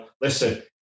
listen